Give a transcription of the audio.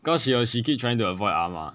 because she was she keep trying to avoid 阿嫲